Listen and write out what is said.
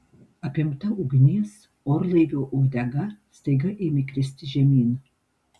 apimta ugnies orlaivio uodega staiga ėmė kristi žemyn